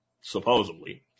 supposedly